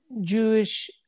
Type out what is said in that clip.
Jewish